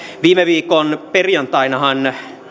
viime viikon perjantainahan